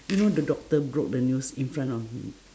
you know the doctor broke the news in front of m~